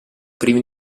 primi